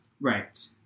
Right